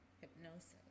hypnosis